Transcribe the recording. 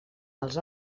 els